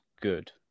good